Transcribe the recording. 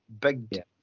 big